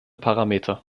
parameter